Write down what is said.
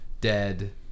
dead